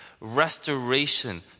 restoration